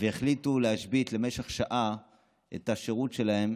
החליטו להשבית למשך שעה את השירות שלהם